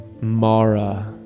Mara